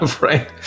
right